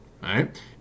Right